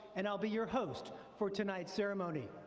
and i'll be your host for tonight's ceremony.